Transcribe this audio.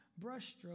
brushstroke